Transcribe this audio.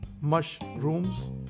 mushrooms